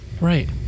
Right